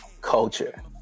culture